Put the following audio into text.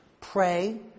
pray